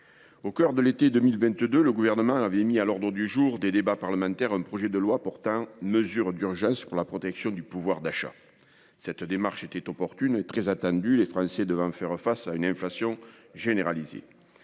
au coeur de l'été 2022, le Gouvernement avait mis à l'ordre du jour des débats parlementaires un projet de loi portant mesures d'urgence pour la protection du pouvoir d'achat. Cette démarche était opportune et très attendue par les Français, qui étaient confrontés à une inflation généralisée.